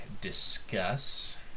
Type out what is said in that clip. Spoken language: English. discuss